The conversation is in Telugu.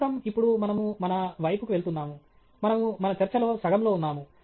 ప్రస్తుతం ఇప్పుడు మనము మన వైపుకు వెళ్తున్నాము మనము మన చర్చలో సగం లో ఉన్నాము